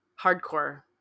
Hardcore